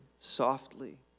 softly